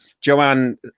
Joanne